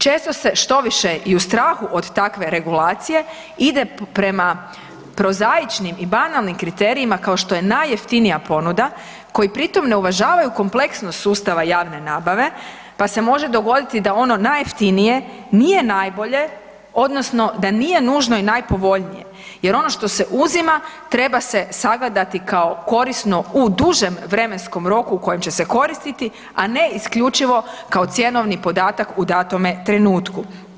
Često se, štoviše i u strahu od takve regulacije ide prema prozaičnim i banalnim kriterijima, kao što je najjeftinija ponuda, koji pritom ne uvažavaju kompleksnost sustava javne nabave, pa se može dogoditi da ono najjeftinije nije najbolje odnosno da nije nužno i najpovoljnije, jer ono što se uzima, treba se sagledati kao korisno u dužem vremenskom roku u kojem će se koristiti, a ne isključivo kao cjenovni podatak u datome trenutku.